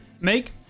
make